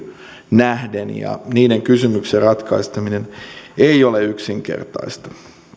nähden ja niiden kysymysten ratkaiseminen ei ole yksinkertaista